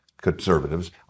conservatives